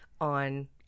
on